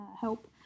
help